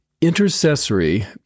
Intercessory